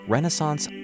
Renaissance